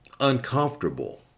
uncomfortable